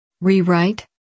rewrite